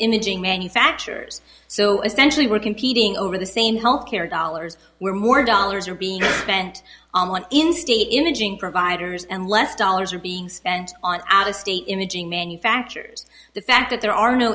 imaging manufacturers so essentially we're competing over the same healthcare dollars where more dollars are being spent on in state imaging providers and less dollars are being spent on out of state imaging manufactures the fact that there are no